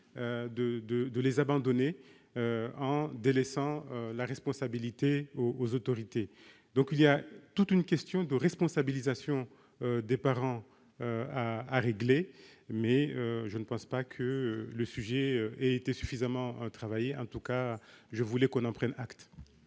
d'abandonner en délaissant leur responsabilité aux autorités. Il y a toute une question de responsabilisation des parents à régler, mais je ne pense pas que le sujet soit encore suffisamment travaillé. En tout cas, je souhaitais que l'on en prenne acte.